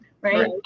right